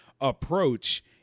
approach